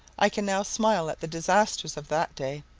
i can now smile at the disasters of that day,